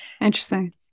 interesting